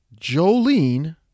Jolene